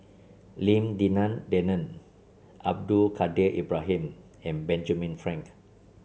Lim Denan Denon Abdul Kadir Ibrahim and Benjamin Frank